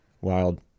wild